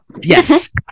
Yes